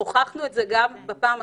הוכחנו את זה גם בפעם הקודמת.